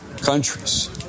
countries